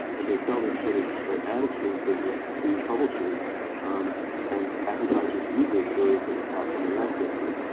and they sell this sort of ad exchange business to publishers um and advertisers use it, so they take a cut when the ads go through.